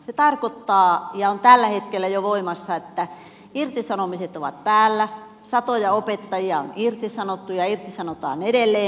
se tarkoittaa ja on tällä hetkellä jo voimassa että irtisanomiset ovat päällä satoja opettajia on irtisanottu ja irtisanotaan edelleen